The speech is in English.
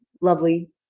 lovely